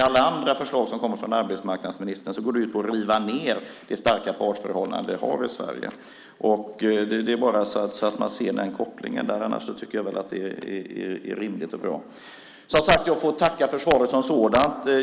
Alla andra förslag som kommer från arbetsmarknadsministern går ut på att riva ned det starka partsförhållande som vi har i Sverige. Det är bara så att man ser kopplingen där. Annars tycker jag väl att det är rimligt och bra. Jag får tacka för svaret som sådant.